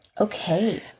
Okay